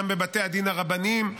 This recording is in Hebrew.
גם בבתי הדין הרבניים.